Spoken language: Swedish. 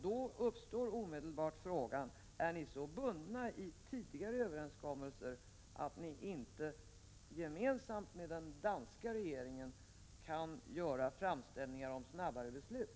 Då uppstår följande fråga: Är ni så bundna vid tidigare överenskommelser att ni inte gemensamt med den danska regeringen kan göra framställningar om snabbare beslut?